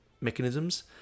mechanisms